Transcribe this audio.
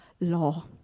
law